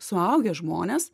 suaugę žmonės